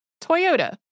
Toyota